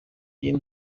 y’iyi